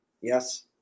yes